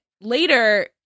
later